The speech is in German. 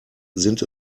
sind